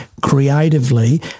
creatively